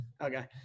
Okay